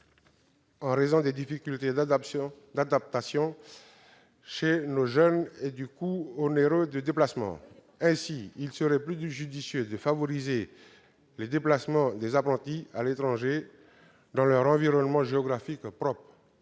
en raison des difficultés d'adaptation de nos jeunes et du coût élevé des déplacements. Ainsi, il serait plus judicieux de favoriser les déplacements des apprentis à l'étranger, dans leur environnement géographique propre.